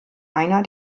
einer